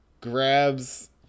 Grabs